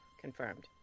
Confirmed